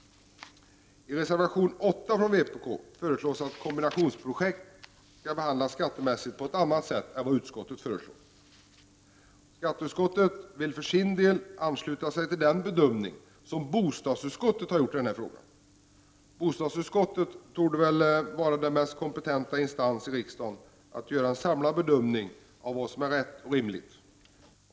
I reservation 8 från vpk föreslås att kombinationsprojekt skall behandlas skattemässigt på ett annat sätt än vad utskottet föreslår. Skatteutskottet vill för sin del ansluta sig till den bedömning som bostadsutskottet har gjort i denna fråga. Bostadsutskottet torde väl vara den mest kompetenta instansen i riksdagen att göra en samlad bedömning av vad som är rätt och rimligt.